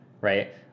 right